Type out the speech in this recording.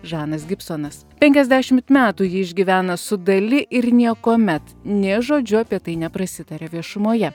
žanas gibsonas penkiasdešimt metų ji išgyvena su dali ir niekuomet nė žodžiu apie tai neprasitarė viešumoje